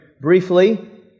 briefly